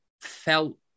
felt